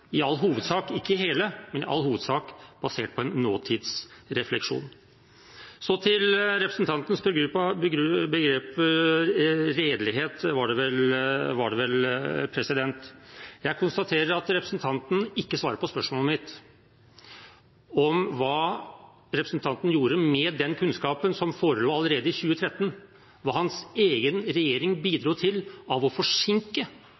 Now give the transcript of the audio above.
i all hovedsak – ikke hele innlegget, men i all hovedsak – basert på en nåtidsrefleksjon. Så til representantens begrep «redelighet» – var det vel. Jeg konstaterer at representanten ikke svarer på spørsmålet mitt om hva representanten gjorde med den kunnskapen som forelå allerede i 2013, og hvordan hans egen regjering bidro til å forsinke